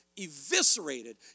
eviscerated